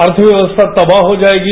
अर्थव्यवस्था तबाह हो जाएगी